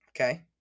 Okay